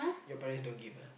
your parents don't give ah